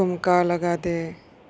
टुमका लाग दे